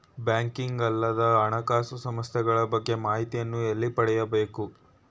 Banking ಅಲ್ಲದ ಹಣಕಾಸು ಸಂಸ್ಥೆಗಳ ಬಗ್ಗೆ ಮಾಹಿತಿಯನ್ನು ಎಲ್ಲಿ ಪಡೆಯಬೇಕು?